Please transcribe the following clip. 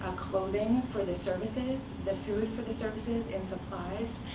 clothing for the services, the food for the services, and supplies.